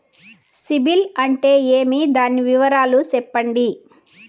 సిబిల్ అంటే ఏమి? దాని వివరాలు సెప్పండి?